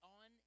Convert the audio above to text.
on